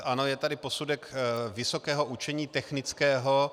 Ano, je tady posudek Vysokého učení technického.